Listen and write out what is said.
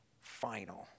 final